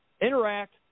interact